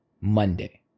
Monday